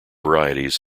varieties